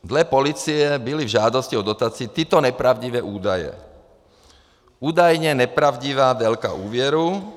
Dle policie byly v žádosti o dotaci tyto nepravdivé údaje: údajně nepravdivá délka úvěru.